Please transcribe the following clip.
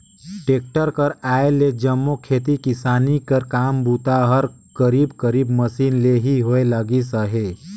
tractor कर आए ले जम्मो खेती किसानी कर काम बूता हर करीब करीब मसीन ले ही होए लगिस अहे